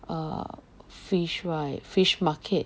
err fish right fish market